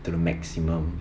to the maximum